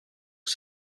que